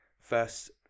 first